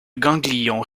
ganglions